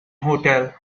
hotel